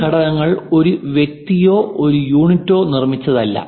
ഈ ഘടകങ്ങൾ ഒരു വ്യക്തിയോ ഒരു യൂണിറ്റോ നിർമ്മിച്ചതല്ല